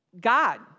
God